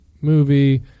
movie